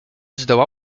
zdoła